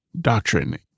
doctrine